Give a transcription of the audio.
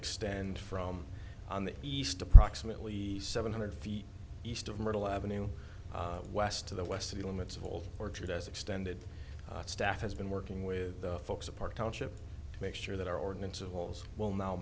extend from on the east approximately seven hundred feet east of myrtle avenue west to the west of the limits of old orchard as extended staff has been working with the folks at park township to make sure that our ordinance of holes will now